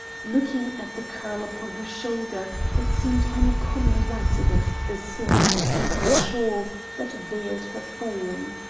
looking at the curl upon her shoulder that seemed uncommon white against the silk of her indian shawl that veiled her form.